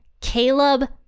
Caleb